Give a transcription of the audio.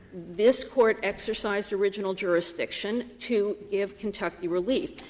this court exercised original jurisdiction to give kentucky relief.